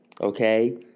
...okay